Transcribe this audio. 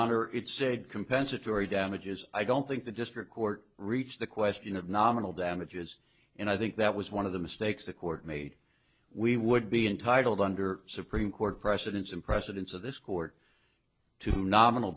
honor it's a compensatory damages i don't think the district court reached the question of nominal damages and i think that was one of the mistakes the court made we would be entitled under supreme court precedents and presidents of this court to nominal